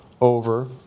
over